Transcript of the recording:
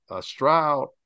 Stroud